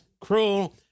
cruel